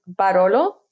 Barolo